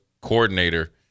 coordinator